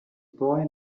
boy